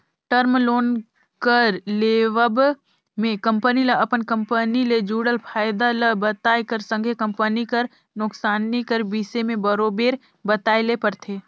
term loan कर लेवब में कंपनी ल अपन कंपनी ले जुड़ल फयदा ल बताए कर संघे कंपनी कर नोसकानी कर बिसे में बरोबेर बताए ले परथे